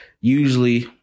Usually